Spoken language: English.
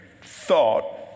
thought